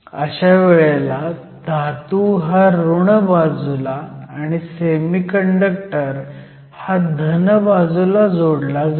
अशा वेळेला धातू हा ऋण बाजूला आणि सेमीकंडक्टर हा धन बाजूला जोडला जाईल